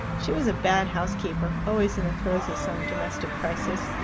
she was a bad housekeeper, always in the throes of some domestic crisis,